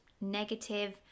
negative